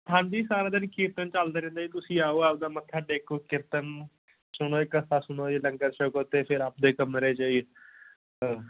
ਹਾਂਜੀ ਸਾਰਾ ਦਿਨ ਕੀਰਤਨ ਚੱਲਦਾ ਰਹਿੰਦਾ ਜੀ ਤੁਸੀਂ ਆਓ ਆਪਣਾ ਮੱਥਾ ਟੇਕੋ ਕੀਰਤਨ ਸੁਣੋ ਜੀ ਕਥਾ ਸੁਣੋ ਜੀ ਲੰਗਰ ਛਕੋ ਤੇ ਫਿਰ ਆਪਣੇ ਕਮਰੇ